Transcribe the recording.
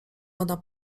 ona